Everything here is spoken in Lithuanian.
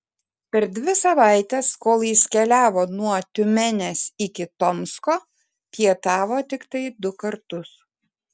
per dvi savaites kol jis keliavo nuo tiumenės iki tomsko pietavo tiktai du kartus